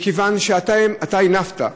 מכיוון שאתה הנפת,